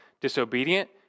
disobedient